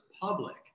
public